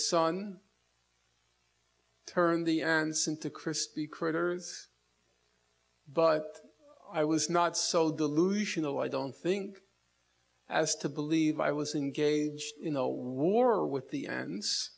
sun turn the ends into crispy critters but i was not so delusional i don't think as to believe i was engaged in the war with the ends